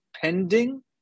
pending